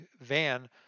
van